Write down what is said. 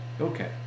Okay